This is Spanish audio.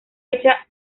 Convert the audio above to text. hecha